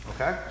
Okay